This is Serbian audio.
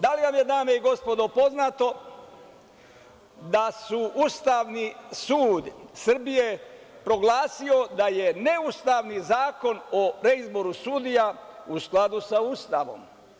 Da li vam je, dame i gospodo, poznato da je Ustavni sud Srbije proglasio da je neustavni Zakon o reizboru sudija u skladu sa Ustavom?